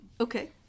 Okay